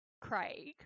Craig